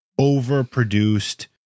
overproduced